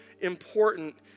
important